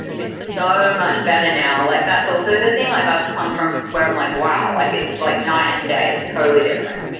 it's so much better now. like that's also the thing. like i've come from where i'm like, wow. like it's like night and day. it's totally different.